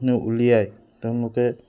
ন উলিয়াই তেওঁলোকে